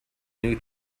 new